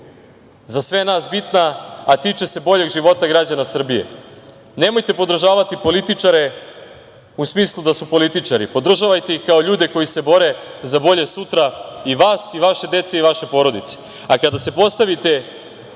za sve nas bitna, a tiče se boljeg života građana Srbije. Nemojte podržavati političare u smislu da su političari, podržavajte ih kao ljude koji se bore za bolje sutra i vas i vaše dece i vaše porodice. Kada se postavite